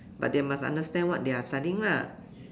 but they must understand what they are studying lah